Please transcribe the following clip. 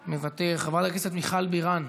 מוותר, חברת הכנסת מיכל בירן,